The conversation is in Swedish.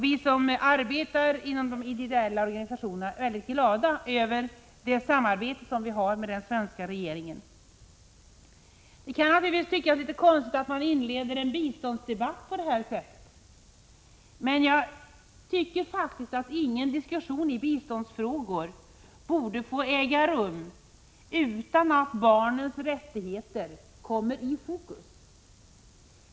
Vi som arbetar inom de ideella organisationerna är mycket glada över det samarbete vi har med den svenska regeringen. Det kan naturligtvis tyckas litet konstigt att man inleder en biståndsdebatt på det här sättet. Men jag tycker faktiskt att ingen diskussion i biståndsfrågan borde få äga rum utan att barnens rättigheter kommer i fokus.